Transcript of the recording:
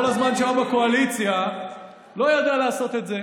כל זמן שהיה בקואליציה לא ידע לעשות את זה.